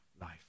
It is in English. life